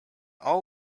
all